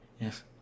Yes